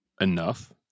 Enough